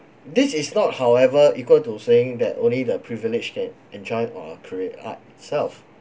this is not however equal to saying that only the privilege can enjoy or create art itself